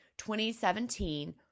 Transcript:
2017